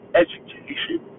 education